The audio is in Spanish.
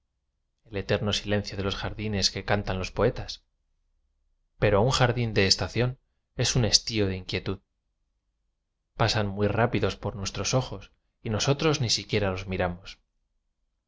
el eterno si lencio de los jardines que cantan los poe tas pero un jardín de estación es un estío de inquietud pasan muy rápidos por nues tros ojos y nosotros siquiera los miramos